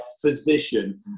physician